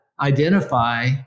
identify